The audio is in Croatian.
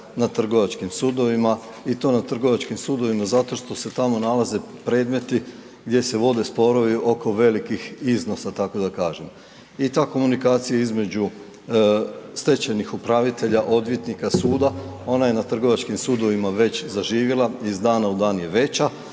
na trgovačkim sudovima i to na trgovačkim sudovima zato što se tamo nalaze predmeti gdje se vode sporovi oko velikih iznosa tako da kažem i ta komunikacija između stečajnih upravitelja, odvjetnika, suda, onda je na trgovačkim sudovima već zaživjela, iz dana u dan je veća,